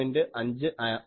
5 ആണ്